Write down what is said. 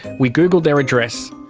we googled their address.